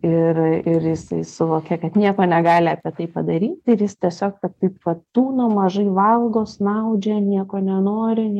ir ir jisai suvokia kad nieko negali apie tai padaryt ir jis tiesiog taip vat tūno mažai valgo snaudžia nieko nenori